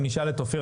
אם נשאל את אופיר,